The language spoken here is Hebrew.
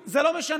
עזוב, זה לא משנה.